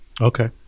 Okay